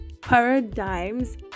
paradigms